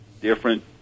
different